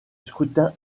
scrutin